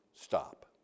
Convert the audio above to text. stop